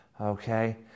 okay